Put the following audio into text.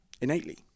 innately